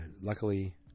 Luckily